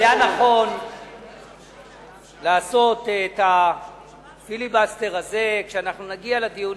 היה נכון לעשות את הפיליבסטר הזה כשאנחנו נגיע לדיונים,